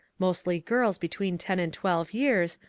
mostly girls between ten and twelve years,